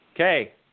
Okay